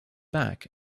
back